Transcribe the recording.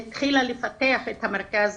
היא התחילה לפתח את המרכז,